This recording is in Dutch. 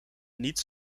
niet